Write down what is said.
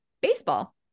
baseball